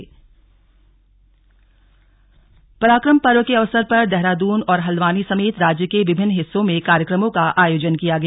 slug पराक्रम पर्व पराक्रम पर्व के अवसर पर देहरादून और हल्द्वानी समेत राज्य के विभिन्न हिस्सों में कार्यक्रमों का आयोजन किया गया